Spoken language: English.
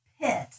pit